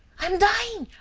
i am dying!